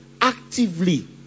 actively